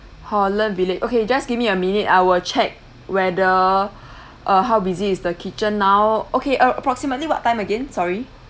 holland village okay you just give me a minute I will check whether uh how busy is the kitchen now okay uh approximately what time again sorry